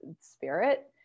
spirit